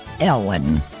Ellen